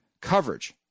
coverage